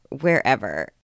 wherever